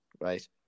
Right